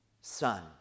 son